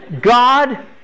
God